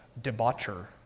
debaucher